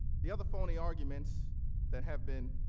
the other phony arguments that have been